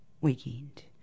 weekend